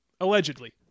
Allegedly